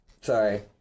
Sorry